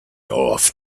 off